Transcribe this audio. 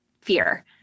fear